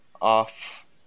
off